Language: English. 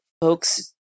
folks